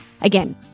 Again